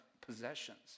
possessions